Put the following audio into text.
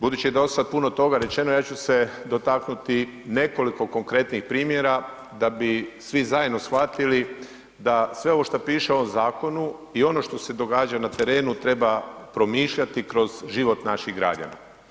Budući je dosad puno toga rečeno, ja ću se dotaknuti nekoliko konkretnih primjera da bi svi zajedno shvatili da sve ovo što piše u ovom zakonu i ono što se događa na terenu treba promišljati kroz život naših građana.